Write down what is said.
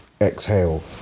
exhale